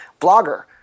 blogger